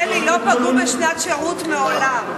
אם יורשה לי, לא פגעו בשנת שירות מעולם.